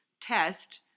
test